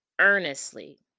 earnestly